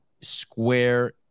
square